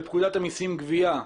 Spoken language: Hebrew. בפקודת המסים (גבייה)